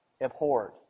abhorred